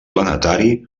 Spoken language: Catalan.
planetari